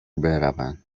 بروند